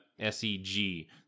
SEG